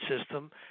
system